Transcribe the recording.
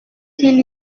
qu’il